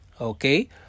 okay